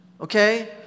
Okay